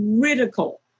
critical